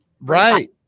Right